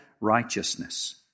righteousness